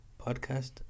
podcast